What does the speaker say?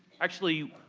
actually,